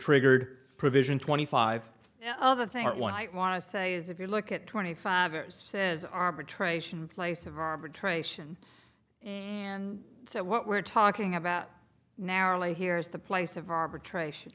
triggered provision twenty five zero the thing i want i want to say is if you look at twenty five years says arbitration place of arbitration and so what we're talking about narrowly here is the place of arbitration